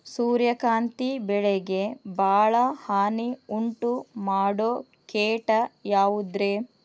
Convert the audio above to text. ಸೂರ್ಯಕಾಂತಿ ಬೆಳೆಗೆ ಭಾಳ ಹಾನಿ ಉಂಟು ಮಾಡೋ ಕೇಟ ಯಾವುದ್ರೇ?